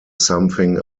something